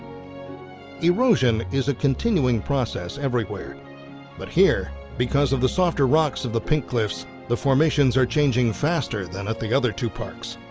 erosion is a continuing process everywhere but here because of the softer rocks of the pink cliffs the formations are changing faster than at the other two parks.